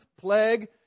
plague